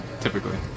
typically